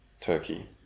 Turkey